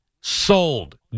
sold